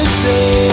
say